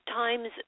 times